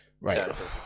right